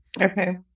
Okay